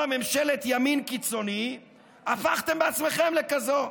ממשלת ימין קיצוני הפכתם בעצמכם לכזאת.